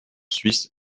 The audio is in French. suisse